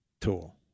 tool